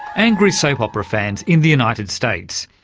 angry soap opera fans in the united states.